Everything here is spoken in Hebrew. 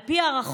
על פי הערכות,